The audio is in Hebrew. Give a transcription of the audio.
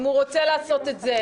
אם הוא רוצה לעשות את זה.